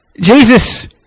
Jesus